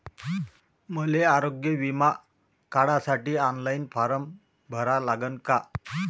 मले आरोग्य बिमा काढासाठी ऑनलाईन फारम भरा लागन का?